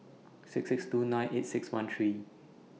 six six two nine eight six one three